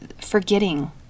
forgetting